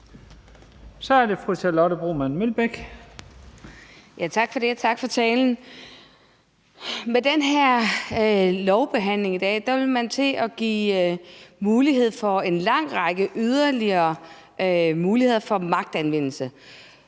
Kl. 22:50 Charlotte Broman Mølbæk (SF): Tak for det, og tak for talen. Med den her lovbehandling i dag vil man til at give en lang række yderligere muligheder for magtanvendelse.